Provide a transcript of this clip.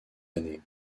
années